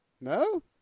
No